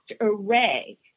array